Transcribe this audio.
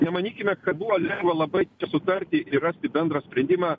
nemanykime kad buvo lengva labai čia sutarti ir rasti bendrą sprendimą